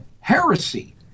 heresy